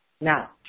Now